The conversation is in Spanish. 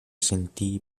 sentí